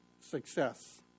success